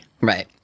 right